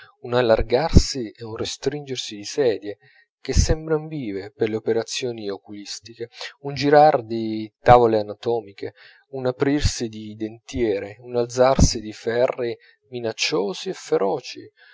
un allargarsi e un restringersi di sedie che sembravan vive per le operazioni oculistiche un girar di tavole anatomiche un aprirsi di dentiere un alzarsi di ferri minacciosi e feroci